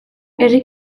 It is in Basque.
herri